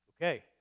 Okay